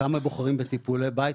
כמה בוחרים בטיפולי בית,